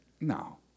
no